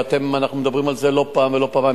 ואנחנו מדברים על זה לא פעם ולא פעמיים,